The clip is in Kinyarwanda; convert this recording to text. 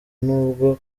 nubwo